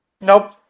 Nope